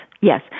yes